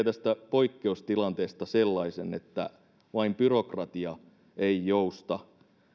poikkeustilanteesta sellaisen että vain byrokratia ei jousta